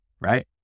right